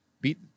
beat